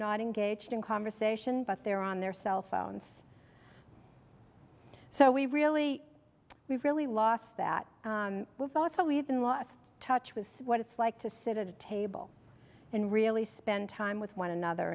not engaged in conversation but they're on their cell phones so we really we've really lost that vote so we have been lost touch with what it's like to sit at a table and really spend time with one another